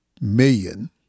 million